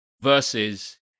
Versus